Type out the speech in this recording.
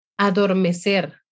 Adormecer